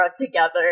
together